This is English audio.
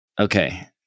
Okay